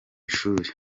ishuli